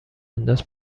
انداز